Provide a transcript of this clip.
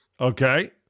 Okay